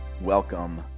Welcome